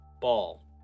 ball